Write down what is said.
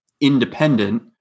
independent